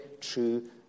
true